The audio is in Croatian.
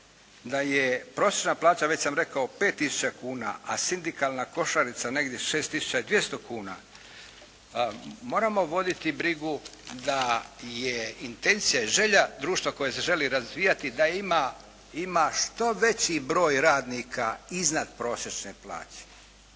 da je prosječna plaća već sam rekao 5 tisuća kuna, a sindikalna košarica negdje 6 tisuća i 200 kuna, moramo voditi brigu da je intencija i želja društva koje se želi razvijati da ima što veći broj radnika iznad prosječne plaće,